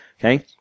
okay